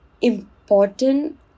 important